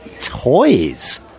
toys